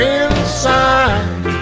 inside